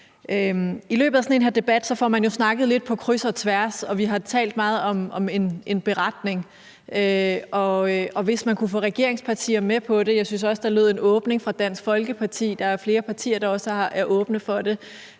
I løbet af sådan en debat får man jo snakket lidt på kryds og tværs, og vi har talt meget om en beretning, og jeg synes også, der lød en åbning fra Dansk Folkeparti, og der er også flere partier, der er åbne for det.